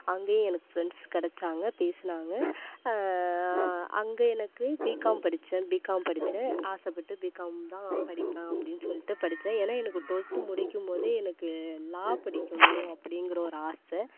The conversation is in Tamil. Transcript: அங்கேயும் எனக்கு ஃப்ரெண்ட்ஸ் கிடச்சாங்க பேசுனாங்க அங்கே எனக்கு பிகாம் படிச்சேன் பிகாம் படிச்சேன் ஆசைப்பட்டு பிகாம் தான் படிப்பேன் அப்படின்னு சொல்லிட்டு படிச்சேன் ஏன்னா எனக்கு ட்வெல்த்து முடிக்கும் போதே எனக்கு லா படிக்கணும் அப்படிங்குற ஒரு ஆசை